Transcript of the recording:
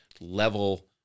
level